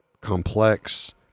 complex